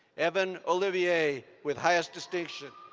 evan olivier, with highest distinction.